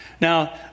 Now